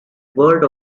word